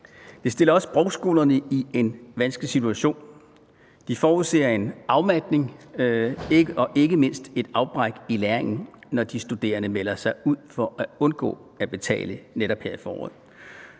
Det stiller også sprogskolerne i en vanskelig situation. De forudser en afmatning og ikke mindst et afbræk i læringen, når de studerende melder sig ud for at undgå at betale netop her i foråret.